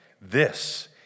This